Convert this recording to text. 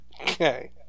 Okay